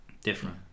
different